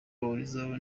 bahurizaho